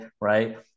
right